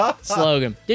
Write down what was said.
slogan